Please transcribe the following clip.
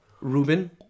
Ruben